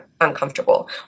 uncomfortable